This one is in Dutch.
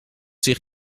zich